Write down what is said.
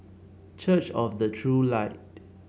Church of the True Light